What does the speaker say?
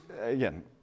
Again